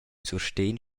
sustegn